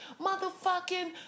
motherfucking